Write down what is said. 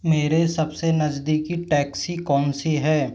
मेरे सबसे नज़दीकी टैक्सी कौन सी है